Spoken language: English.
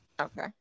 okay